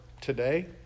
today